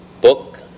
book